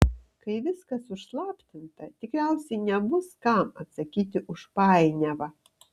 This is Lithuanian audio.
kai viskas užslaptinta tikriausiai nebus kam atsakyti už painiavą